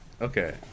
okay